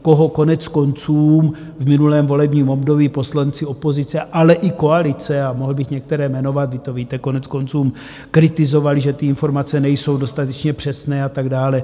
Koho koneckonců v minulém volebním období poslanci opozice, ale i koalice a mohl bych některé jmenovat, vy to víte koneckonců kritizovali, že ty informace nejsou dostatečně přesné a tak dále.